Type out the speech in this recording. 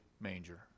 manger